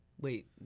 wait